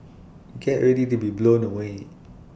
get ready to be blown away